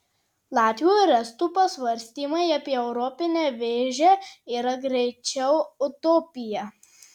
latvių ir estų pasvarstymai apie europinę vėžę yra greičiau utopija